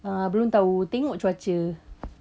uh belum tahu tengok cuaca